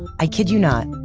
i kid you not,